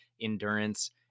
Endurance